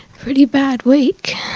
pretty bad week.